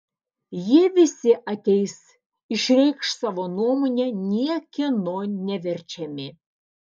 jie visi ateis išreikš savo nuomonę niekieno neverčiami